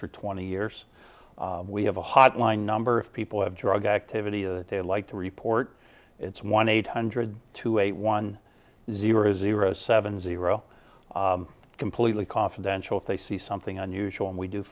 for twenty years we have a hotline number of people have drug activity they like to report it's one eight hundred to eight one zero zero seven zero completely confidential if they see something unusual and we do